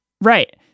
Right